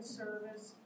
service